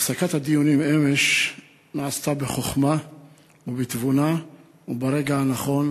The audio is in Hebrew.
הפסקת הדיונים אמש נעשתה בחוכמה ובתבונה וברגע הנכון.